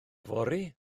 yfory